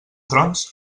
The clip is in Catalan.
trons